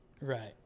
Right